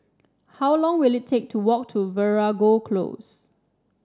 how long will it take to walk to Veeragoo Close